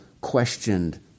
questioned